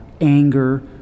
anger